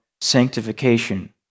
sanctification